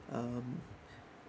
um